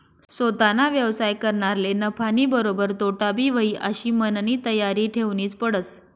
सोताना व्यवसाय करनारले नफानीबरोबर तोटाबी व्हयी आशी मननी तयारी ठेवनीच पडस